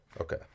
Okay